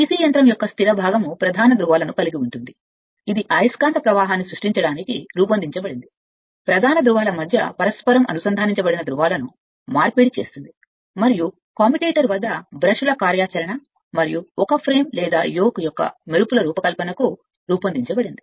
DC యంత్రం యొక్క స్థిర భాగం ప్రధాన ధ్రువాలను కలిగి ఉంటుంది ఇది అయస్కాంత ప్రవాహాన్ని సృష్టించడానికి రూపొందించబడింది ప్రధాన ధ్రువాల మధ్య పరస్పరం అనుసంధానించబడిన ధ్రువాలను మార్పిడి చేస్తుంది మరియు కమ్యుటేటర్ వద్ద బ్రష్ల కార్యాచరణ మరియు ఒక ఫ్రేమ్ లేదా యోక్ యొక్క మెరుపుల రూపకల్పనకు రూపొందించబడింది